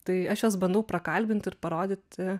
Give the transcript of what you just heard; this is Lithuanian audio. tai aš juos bandau prakalbint ir parodyti